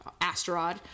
asteroid